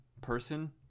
person